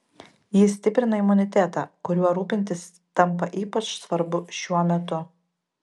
ji stiprina imunitetą kuriuo rūpintis tampa ypač svarbu šiuo metu